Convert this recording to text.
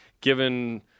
given